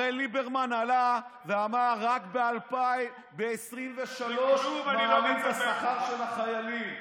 הרי ליברמן עלה ואמר: רק ב-2023 מעלים את השכר של החיילים.